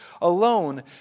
alone